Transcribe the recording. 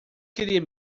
queria